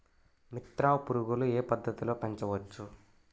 మిత్ర పురుగులు ఏ పద్దతిలో పెంచవచ్చు?